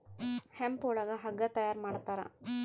hemp ಒಳಗ ಹಗ್ಗ ತಯಾರ ಮಾಡ್ತಾರ